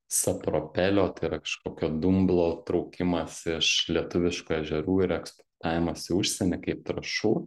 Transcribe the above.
sapropelio tai yra kažkokio dumblo traukimas iš lietuviškų ežerų ir eksportavimas į užsienį kaip trąšų